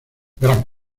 gran